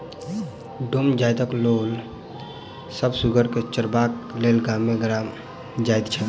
डोम जाइतक लोक सभ सुगर के चरयबाक लेल गामे गाम जाइत छै